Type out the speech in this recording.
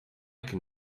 can